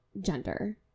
gender